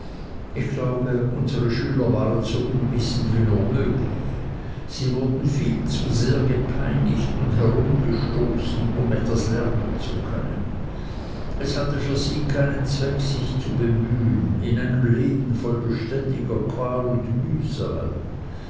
ich glaube unsere schüler waren so unwissend wie nur möglich sie wurden viel zu sehr gepeinigt und herumgestoßen um etwas lernen zu können es hatte für sie keinen zweck sich zu bemühen in einem leben voll beständiger qual und mühsal